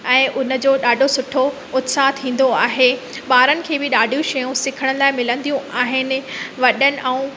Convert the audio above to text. ऐं उन जो ॾाढो सुठो उत्साह थींदो आहे ॿारनि खे बि ॾाढियूं शयूं सिखण लाइ मिलंदियूं आहिनि वॾनि ऐं